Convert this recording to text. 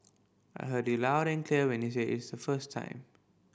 I heard you loud and clear when you said it's the first time